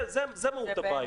זה מהות הבעיה.